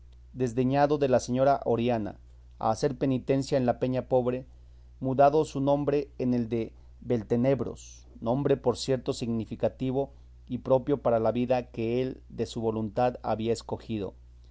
desdeñado de la señora oriana a hacer penitencia en la peña pobre mudado su nombre en el de beltenebros nombre por cierto significativo y proprio para la vida que él de su voluntad había escogido